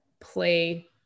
play